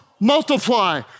Multiply